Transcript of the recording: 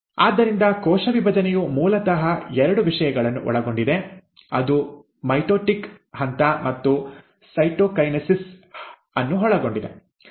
ಆದ್ದರಿಂದ ಕೋಶ ವಿಭಜನೆಯು ಮೂಲತಃ ಎರಡು ವಿಷಯಗಳನ್ನು ಒಳಗೊಂಡಿದೆ ಅದು ಮೈಟೊಟಿಕ್ ಹಂತ ಮತ್ತು ಸೈಟೊಕೈನೆಸಿಸ್ ಅನ್ನು ಒಳಗೊಂಡಿದೆ